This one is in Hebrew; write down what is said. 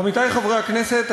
עמיתי חברי הכנסת,